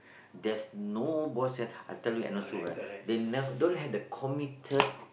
there's no ball sense and I tell you also right they don't have the committed